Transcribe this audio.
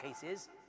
cases